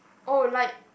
oh like